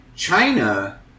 China